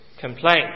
complaint